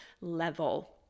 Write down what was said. level